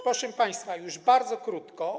Proszę państwa, już bardzo krótko.